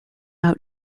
out